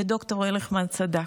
ד"ר ארליכמן צדק.